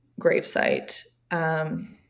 gravesite